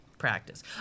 practice